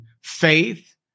faith